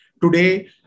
today